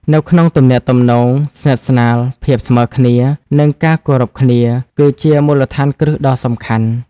នៅក្នុងទំនាក់ទំនងស្និទ្ធស្នាល ភាពស្មើគ្នា និងការគោរពគ្នា គឺជាមូលដ្ឋានគ្រឹះដ៏សំខាន់។